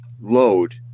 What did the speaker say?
load